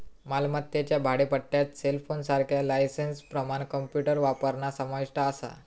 मालमत्तेच्या भाडेपट्ट्यात सेलफोनसारख्या लायसेंसप्रमाण कॉम्प्युटर वापरणा समाविष्ट असा